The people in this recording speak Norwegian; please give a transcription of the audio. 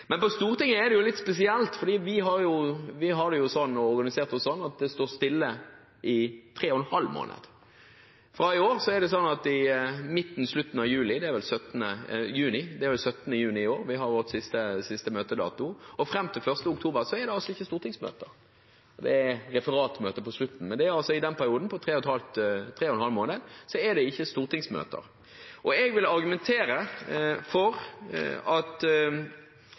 men i bedrifter er det å sende ut en mail til noen i juli måned og be om svar på en høring, det samme som å gi beskjed om at man egentlig ikke vil ha et svar den nærmeste tiden. På Stortinget er det litt spesielt, for vi har jo organisert oss slik at det står stille i 3,5 måneder. I midten eller i slutten av juni – det er vel 17. juni i år – har vi vår siste møtedato, og fram til 1. oktober er det altså ikke stortingsmøter. Det er et referatmøte på slutten, men i den perioden på 3,5 måneder er det altså ikke stortingsmøter. Jeg vil